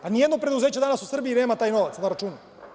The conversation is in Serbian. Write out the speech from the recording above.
Ni jedno preduzeće danas u Srbiji nema taj novac na računu.